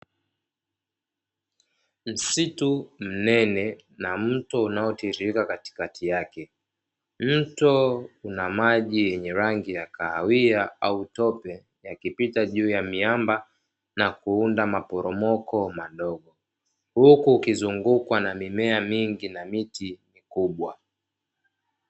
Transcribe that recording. Msitu mnene na mto unaotiririka katikati yake, mto una maji yenye rangi ya kahawia au tope yakipita juu ya miamba, nakuunda maporomoko madogo, huku ukizungukwa na mimea mingi na miti mikubwa.